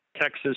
Texas